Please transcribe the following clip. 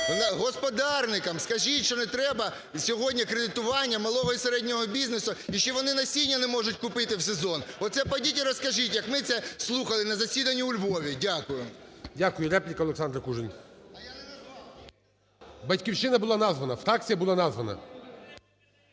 господарникам скажіть, що не треба сьогодні кредитування малого і середнього бізнесу і що вони насіння не можуть купити в сезон. Оце підіть і розкажіть, як ми це слухали на засіданні у Львові. Дякую. ГОЛОВУЮЧИЙ. Дякую. Репліка, Олександра Кужель. "Батьківщина" була названа, фракція була названа.